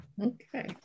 Okay